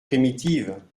primitives